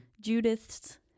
judith's